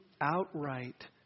outright